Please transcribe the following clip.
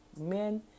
men